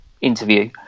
interview